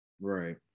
Right